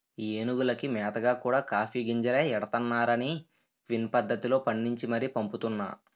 ఏనుగులకి మేతగా కూడా కాఫీ గింజలే ఎడతన్నారనీ క్విన్ పద్దతిలో పండించి మరీ పంపుతున్నా